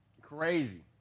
Crazy